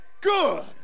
good